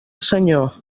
senyor